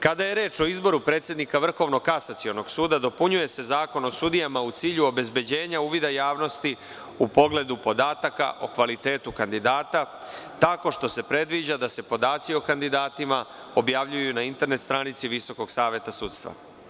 Kada je reč o izboru predsednika Vrhovnog kasacionog suda, dopunjuje se Zakon o sudijama u cilju obezbeđenja uvida javnosti u pogledu podataka o kvalitetu kandidata, tako što se predviđa da se podaci o kandidatima objavljuju na internet stranici Visokog saveta sudstva.